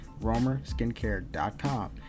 romerskincare.com